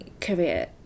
career